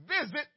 visit